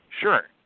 Sure